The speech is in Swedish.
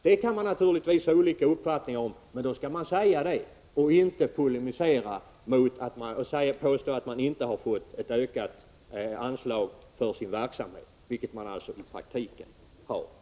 Det kan naturligtvis finnas olika uppfattningar om hur beloppen skall beräknas, men då skall man säga det i stället för att polemisera och påstå att man inte har fått ett ökat anslag för sin verksamhet, för det har man i praktiken fått.